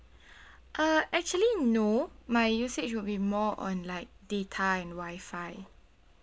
uh actually no my usage will be more on like data and wifi